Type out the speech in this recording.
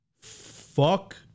fuck